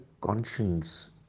conscience